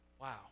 Wow